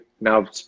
now